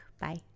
Bye